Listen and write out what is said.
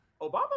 Obama